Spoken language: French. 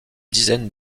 dizaine